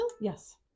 Yes